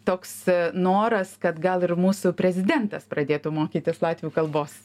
toks noras kad gal ir mūsų prezidentas pradėtų mokytis latvių kalbos